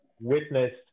witnessed